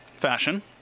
Fashion